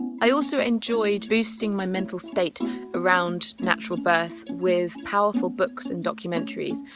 i also enjoyed boosting my mental state around natural birth with powerful books and documentaries.